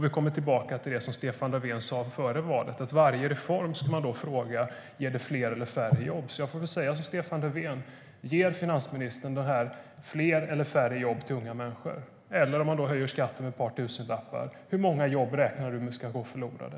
Vi kommer tillbaka till det som Stefan Löfven sa före valet, nämligen att inför varje reform ska man ställa frågan om det ger fler eller färre jobb. Jag får väl säga som Stefan Löfven: Ger det fler eller färre jobb till unga människor, finansministern? Och om man höjer skatten med ett par tusenlappar: Hur många jobb räknar hon med ska gå förlorade?